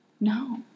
No